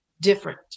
different